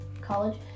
college